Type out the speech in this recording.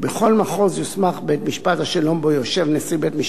בכל מחוז יוסמך בית-משפט השלום שבו יושב נשיא בית-משפט